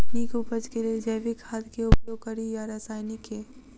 नीक उपज केँ लेल जैविक खाद केँ उपयोग कड़ी या रासायनिक केँ?